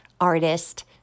artist